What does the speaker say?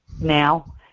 now